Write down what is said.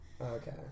Okay